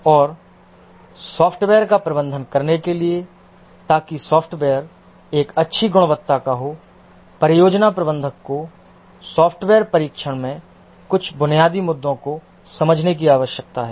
और सॉफ्टवेयर का प्रबंधन करने के लिए ताकि सॉफ्टवेयर एक अच्छी गुणवत्ता का हो परियोजना प्रबंधक को सॉफ्टवेयर परीक्षण में कुछ बुनियादी मुद्दों को समझने की आवश्यकता है